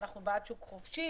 אנחנו בעד שוק חופשי,